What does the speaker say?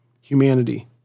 humanity